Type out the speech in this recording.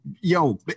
yo